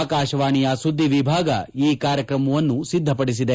ಆಕಾಶವಾಣೆಯ ಸುದ್ಗಿ ವಿಭಾಗ ಈ ಕಾರ್ಯಕ್ರಮವನ್ನು ಸಿದ್ಗಪಡಿಸಿದೆ